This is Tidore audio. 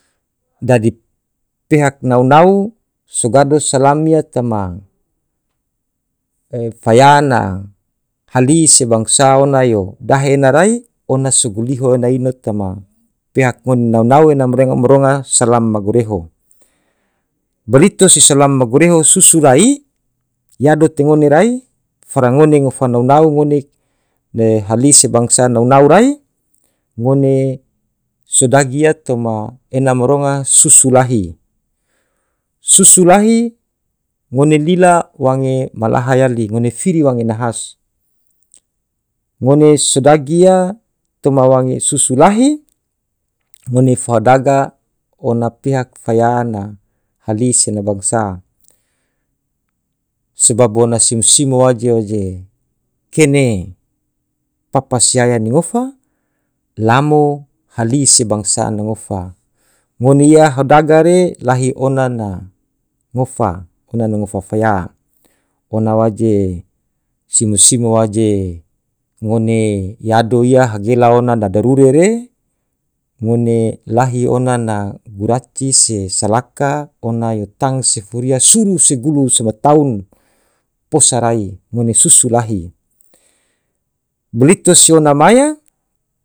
dadi pihak nau nau sogado salam ya tama fayana hali sebangsao nayo gahe ena rai ona suguliho ena ino tama pihak ngone nau nau ena mrenga mronga salam bagureho, balito sesalam bagureho susu lai yado te ngone rai fara ngone ngofa nau nau ngone de hali sebangsa nau nau rai ngone sodagi ya toma ena maronga susu lahi, susu lahi ngone lila wange malaha yali ngone fidi wange nahas, ngone so dagi ia toma wange susu lahi ngone fadaga ona pihak fai ana hali sena bangsa, sebab ona sim simo aji oje kene papa se yaya ne ngofa lamo hali sebangasa ne ngofa ngone ia hadagar ee lahi ona na ngofa ona na ngofa faya ona waje simo simo waje ngone yado iyah gela ona dadarure re ngone lahi ona na guraci se salaka ona yo tang seforia suru segulu seba tahun posa rai ngone susu lahi blito syo namaya.